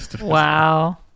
Wow